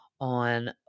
on